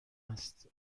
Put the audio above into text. است